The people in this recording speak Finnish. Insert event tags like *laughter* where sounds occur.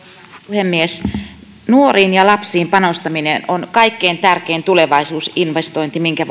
puhemies nuoriin ja lapsiin panostaminen on kaikkein tärkein tulevaisuusinvestointi minkä *unintelligible*